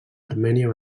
armènia